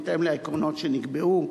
בהתאם לעקרונות שנקבעו,